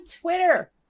Twitter